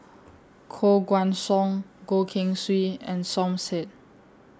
Koh Guan Song Goh Keng Swee and Som Said